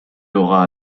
aura